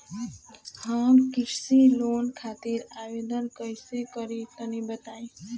हम कृषि लोन खातिर आवेदन कइसे करि तनि बताई?